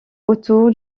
autour